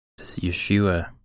Yeshua